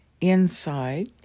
inside